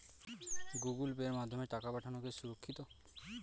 Google পের মাধ্যমে টাকা পাঠানোকে সুরক্ষিত?